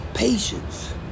Patience